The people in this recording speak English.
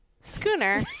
Schooner